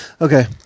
Okay